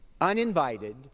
uninvited